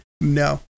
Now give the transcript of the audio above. No